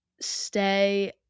stay